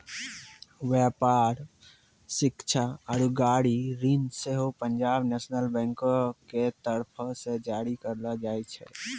व्यापार, शिक्षा आरु गाड़ी ऋण सेहो पंजाब नेशनल बैंक के तरफो से जारी करलो जाय छै